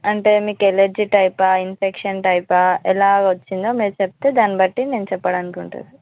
అంటే మీకు ఎలర్జీ టైపా ఇన్ఫెక్షన్ టైపా ఎలా వచ్చిందో మీరు చెప్తే దాన్ని బట్టి నేను చెప్పడానికి ఉంటుంది